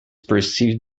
perceived